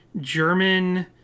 german